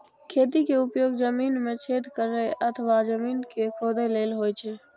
खंती के उपयोग जमीन मे छेद करै अथवा जमीन कें खोधै लेल होइ छै